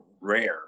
rare